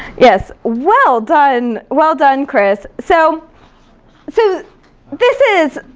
yes, well done, well done, chris. so so this is